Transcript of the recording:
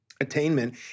attainment